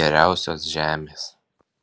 geriausios žemės